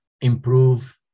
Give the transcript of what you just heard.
improve